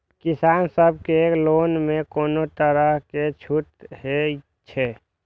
किसान सब के लोन में कोनो तरह के छूट हे छे?